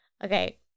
Okay